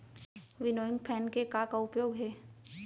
Winnowing fan के का का उपयोग हे?